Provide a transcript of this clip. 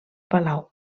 palau